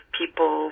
people